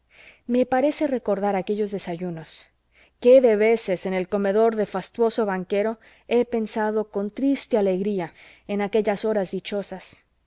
me place recordar aquellos desayunos qué de veces en el comedor de fastuoso banquero he pensado con triste alegría en aquellas horas dichosas